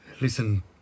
Listen